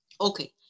Okay